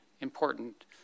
important